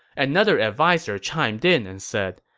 another adviser chimed in and said,